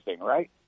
right